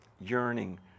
yearning